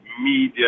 media